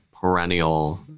perennial